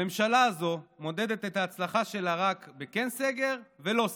הממשלה הזאת מודדת את ההצלחה שלה רק בכן סגר ולא סגר,